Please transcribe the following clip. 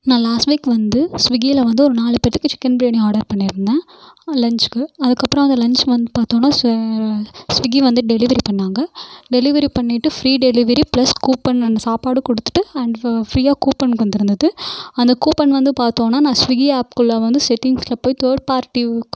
நான் last week வந்து ஸ்விக்கியில் வந்து ஒரு நாலு பேருக்கு சிக்கன் பிரியாணி ஆடர் பண்ணியிருந்தேன் லன்ச்க்கு அதுக்கு அப்புறம் அந்த லன்ச்க்கு வந்து பார்த்தோம்ன்னா ஸ்விக்கி வந்து டெலிவரி பண்ணிணாங்க டெலிவரி பண்ணிவிட்டு free delivery plus coupon and சாப்பாடும் கொடுத்துட்டு அது ஃப்ரீயாக கூப்பன் வந்திருந்துது அந்த கூப்பன் வந்து பார்த்தோம்னா நான் ஸ்விக்கி ஆப்க்குள்ளே வந்து செட்டிங்ஸில் போய் தேர்ட் பார்ட்டி